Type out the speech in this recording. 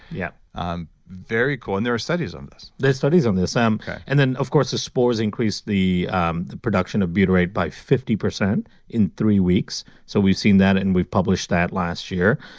yeah um very cool. and there are studies on this there are studies on this. um and then of course, the spores increase the um the production of butyrate by fifty percent in three weeks. so we've seen that and we've published that last year.